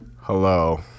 hello